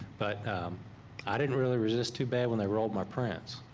but i didn't really resist too bad when they rolled my prints.